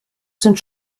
sind